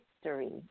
history